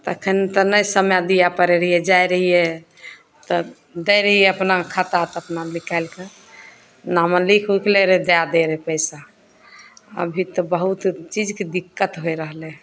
तखन तऽ नहि समय दिए पड़ै रहिए जाइ रहिए तऽ दै रहिए अपना खाता तऽ अपना निकालिके नाम लिखि उखि लै रहै दै दै रहै पइसा अभी तऽ बहुत चीजके दिक्कत होइ रहलै हँ